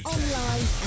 Online